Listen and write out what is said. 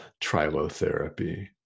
trilotherapy